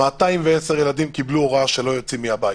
210 ילדים קיבלו הוראה שהם לא יוצאים מהבית,